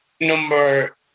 number